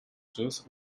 juice